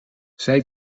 zij